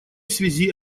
связи